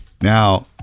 Now